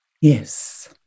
Yes